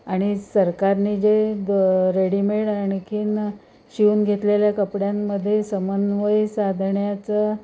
आणि सरकारे जे ब रेडीमेड आणखी शिवून घेतलेल्या कपड्यांमध्ये समन्वय साधण्याचं